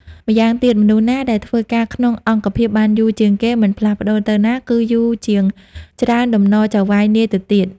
ម្យ៉ាងទៀត មនុស្សណាដែលធ្វើការក្នុងអង្គភាពបានយូរជាងគេមិនផ្លាស់ប្ដូរទៅណា គឺយូរជាច្រើនតំណចៅហ្វាយនាយទៅទៀត ។